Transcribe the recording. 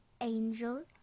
angel